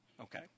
Okay